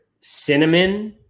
cinnamon